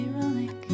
ironic